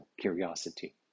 curiosity